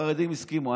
החרדים הסכימו,